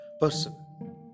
person